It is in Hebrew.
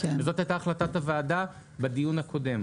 וזאת הייתה החלטת הוועדה בדיון הקודם.